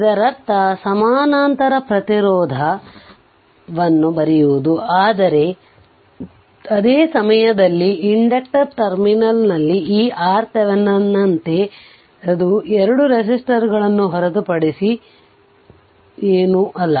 ಇದರರ್ಥ ಸಮಾನಾಂತರ ಪ್ರತಿರೋಧವನ್ನು ಬರೆಯುವುದು ಆದರೆ ಅದೇ ಸಮಯದಲ್ಲಿ ಇಂಡಕ್ಟರ್ ಟರ್ಮಿನಲ್ನಲ್ಲಿ ಈ R thevenin ನಂತೆ ಅದು 2 ರೆಸಿಸ್ಟರ್ಗಳನ್ನು ಹೊರತುಪಡಿಸಿ ಏನೂ ಅಲ್ಲ